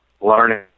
learning